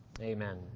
Amen